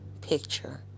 picture